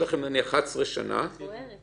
יש עבירות